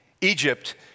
Egypt